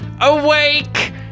Awake